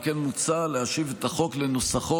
על כן, מוצע להשיב את החוק לנוסחו,